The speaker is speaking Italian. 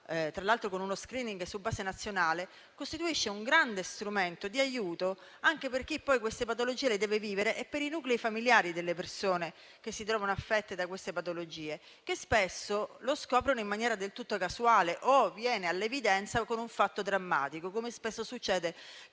tra l'altro con uno *screening* su base nazionale, costituisce un grande strumento di aiuto anche per chi poi queste patologie le deve vivere e per i nuclei familiari delle persone che ne sono affette, perché spesso si scoprono in maniera del tutto casuale o vengono all'evidenza con un fatto drammatico, come spesso succede